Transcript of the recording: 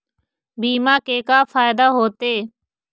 बीमा के का फायदा होते?